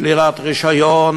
שלילת רישיון,